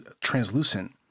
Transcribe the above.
translucent